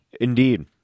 Indeed